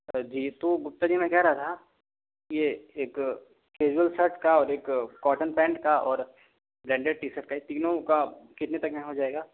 जी तो गुप्ता जी मैं कह रहा था ये एक कैज़ुअल शर्ट का और एक कॉटन पैंट का और ब्रैंडेड टी शर्ट का ये तीनों का कितने तक में हो जाएगा